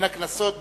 בין הכנסות,